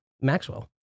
Maxwell